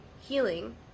healing